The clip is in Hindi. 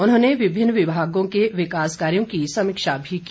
उन्होंने विभिन्न विभागों के विकास कार्यों की समीक्षा भी की